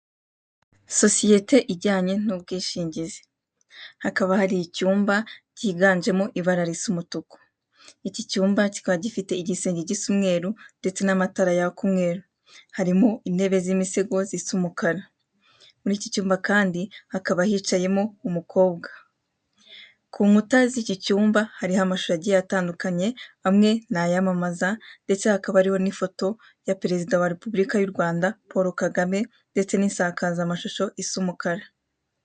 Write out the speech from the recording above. Sosiyete ijyanye n'ubwishingizi, hakaba hari icyumba kiganjemo ibara risa umutuku, iki cyumba kikaba gifite igisenge gisa umweru ndetse n'amatara yaka umweru, harimo intebe z'imisego zisa umukara, muri iki cyumba kandi hakaba hicayemo umukobwa, ku nkuta z'iki cyumba hariho amashusho agiye atandukanye, amwe ni ayamamaza, ndetse hakaba hariho n'ifoto ya perezida wa repubulika y' u Rwanda Paul Kagame, ndetse n'insakazamashusho isa umukara.